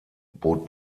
bot